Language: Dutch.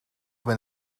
ben